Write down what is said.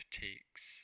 takes